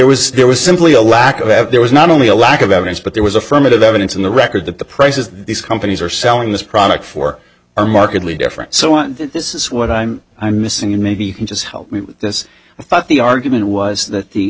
was there was simply a lack of effort there was not only a lack of evidence but there was affirmative evidence in the record that the prices that these companies are selling this product for are markedly different so on this is what i'm i'm missing and maybe you can just help me with this i thought the argument was that the